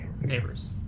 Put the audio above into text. neighbors